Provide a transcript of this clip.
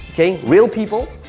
okay, real people,